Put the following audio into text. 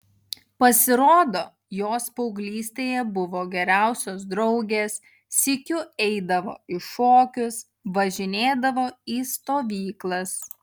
pasirodo jos paauglystėje buvo geriausios draugės sykiu eidavo į šokius važinėdavo į stovyklas